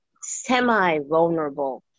semi-vulnerable